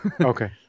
Okay